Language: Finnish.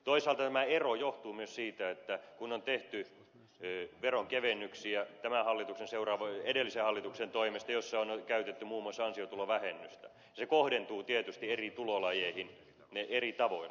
toisaalta tämä ero johtuu myös siitä että kun on tehty veronkevennyksiä tämän ja edellisen hallituksen toimesta joissa on käytetty muun muassa ansiotulovähennystä se kohdentuu tietysti eri tulolajeihin eri tavoin